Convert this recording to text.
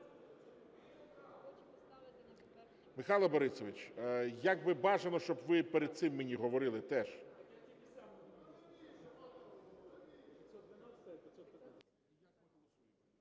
Михайле Борисовичу, як би бажано, щоб ви перед цим мені говорили теж.